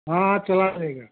हाँ चला लेगा